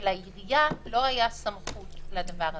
ולעירייה לא הייתה סמכות לדבר הזה,